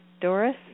Doris